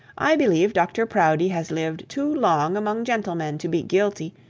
i believe dr proudie has lived too long among gentlemen to be guilty,